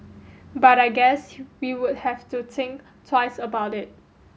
but I guess we would have to think twice about it